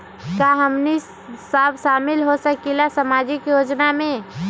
का हमनी साब शामिल होसकीला सामाजिक योजना मे?